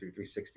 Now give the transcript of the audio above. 360